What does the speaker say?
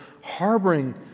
harboring